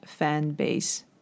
fanbase